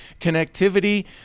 connectivity